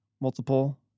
multiple